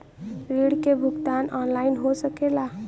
ऋण के भुगतान ऑनलाइन हो सकेला?